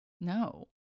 No